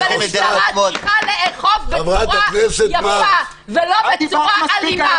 אבל המשטרה צריכה לאכוף בצורה יפה ולא בצורה אלימה,